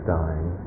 dying